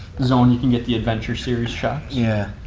zone you can get the adventure series shocks. yeah.